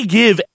give